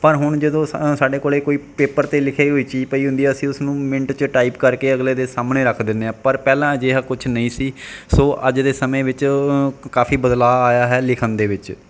ਪਰ ਹੁਣ ਜਦੋਂ ਸ ਸਾਡੇ ਕੋਲ ਕੋਈ ਪੇਪਰ 'ਤੇ ਲਿਖੀ ਹੋਈ ਚੀਜ਼ ਪਈ ਹੁੰਦੀ ਆ ਅਸੀਂ ਉਸਨੂੰ ਮਿੰਟ 'ਚ ਟਾਈਪ ਕਰਕੇ ਅਗਲੇ ਦੇ ਸਾਹਮਣੇ ਰੱਖ ਦਿੰਦੇ ਹਾਂ ਪਰ ਪਹਿਲਾਂ ਅਜਿਹਾ ਕੁਛ ਨਹੀਂ ਸੀ ਸੋ ਅੱਜ ਦੇ ਸਮੇਂ ਵਿੱਚ ਕਾਫੀ ਬਦਲਾਅ ਆਇਆ ਹੈ ਲਿਖਣ ਦੇ ਵਿੱਚ